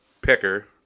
picker